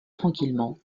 tranquillement